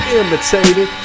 imitated